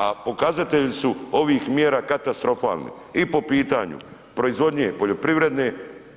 A pokazatelji su ovih mjera katastrofalni i po pitanju proizvodnje poljoprivredne